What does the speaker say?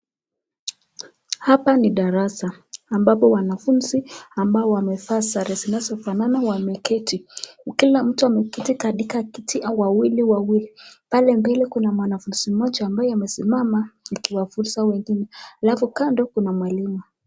Hapa ni darasa ambapo wanafunzi ambao wamevaa sare zinazofanana wameketi. Kila mtu ameketi katika kiti wawili wawili. Pale mbele kuna mwanafunzi mmoja ambaye amesimama akiwafunza wengine. Alafu kando kuna mwalimu.